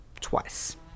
twice